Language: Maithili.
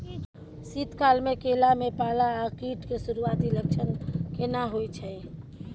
शीत काल में केला में पाला आ कीट के सुरूआती लक्षण केना हौय छै?